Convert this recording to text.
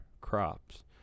crops